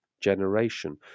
generation